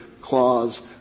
clause